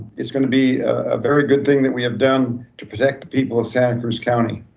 it's gonna be a very good thing that we have done to protect the people of santa cruz county.